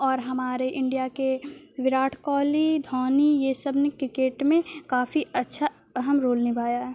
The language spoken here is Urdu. اور ہمارے انڈیا کے وراٹ کوہلی دھونی یہ سب نے کرکٹ میں کافی اچھا اہم رول نبھایا ہے